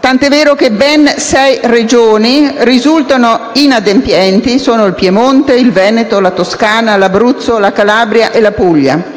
tant'è vero che ben sei Regioni risultano inadempienti (Piemonte, Veneto, Toscana, Abruzzo, Calabria e Puglia).